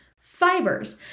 fibers